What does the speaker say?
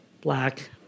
black